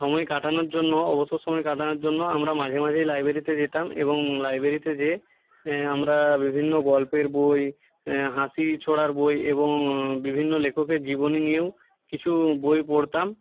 সময় কাটানোর জন্য অবসর সময় কাটানোর জন্য আমরা মাঝে মাঝেই লাইবেরিতে যেতাম এবং লাইবেরিতে যেয়ে আমরা বিভিন্ন গল্পের বই হাসি ছড়ার বই এবং বিভিন্ন লেখকের জীবনী নিয়েও কিছু বই পড়তাম